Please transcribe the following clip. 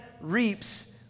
reaps